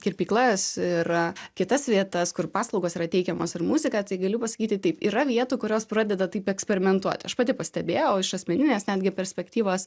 kirpyklas ir kitas vietas kur paslaugos yra teikiamos ir muzika tai galiu pasakyti taip yra vietų kurios pradeda taip eksperimentuoti aš pati pastebėjau iš asmeninės netgi perspektyvos